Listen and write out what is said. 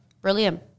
Brilliant